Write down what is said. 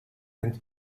and